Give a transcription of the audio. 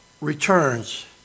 returns